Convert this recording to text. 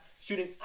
shooting